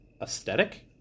Aesthetic